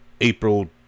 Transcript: April